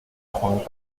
juan